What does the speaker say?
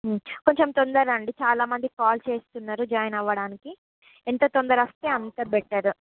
కొంచెం తొందరగా రండి చాలా మంది కాల్ చేస్తున్నారు జాయిన్ అవ్వడానికి ఎంత తొందరగా వస్తే అంత బెటర్